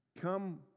Come